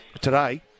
today